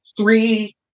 three